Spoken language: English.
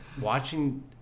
watching